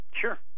sure